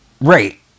right